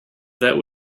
that